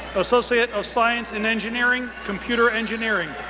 associate of science in engineering, computer engineering,